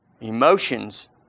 emotions